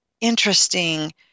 interesting